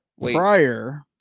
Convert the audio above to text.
prior